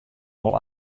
wol